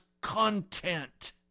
content